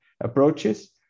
approaches